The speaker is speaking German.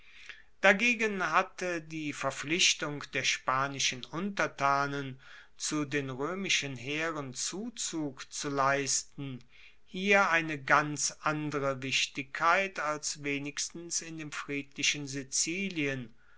dagegen hatte die verpflichtung der spanischen untertanen zu den roemischen heeren zuzug zu leisten hier eine ganz andere wichtigkeit als wenigstens in dem friedlichen sizilien